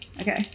Okay